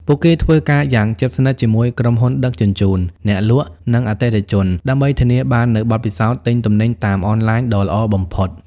ពួកគេធ្វើការយ៉ាងជិតស្និទ្ធជាមួយក្រុមហ៊ុនដឹកជញ្ជូន អ្នកលក់ និងអតិថិជន ដើម្បីធានាបាននូវបទពិសោធន៍ទិញទំនិញតាមអនឡាញដ៏ល្អបំផុត។